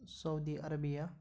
Saudi Arabia